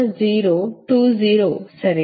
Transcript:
020 ಸರಿನಾ